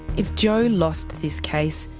if joe lost this case,